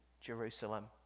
Jerusalem